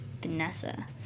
Vanessa